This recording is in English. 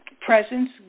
presence